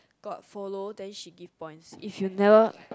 got follow then she give point if you never